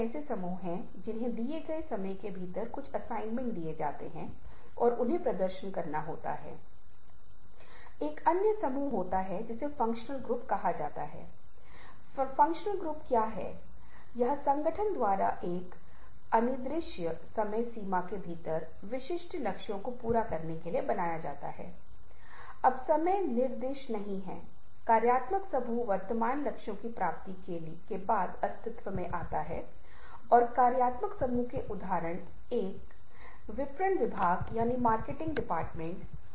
इस स्थिति में हम पाते हैं कि सूर्य का चित्र पहले और फिर सूर्य को लिखित प्रस्तुत किया गया है ऐसी स्थिति में यदि वस्तु असंदिग्ध है जैसे हमें बोतल या जो भी कहना है तो अर्थ बहुत स्पष्ट है और फिर आपको पता चलता है कि किस तरह का वह बोतल है वास्तव में यह वहाँ क्या कर रहा है और इस तरह की चीजें हैं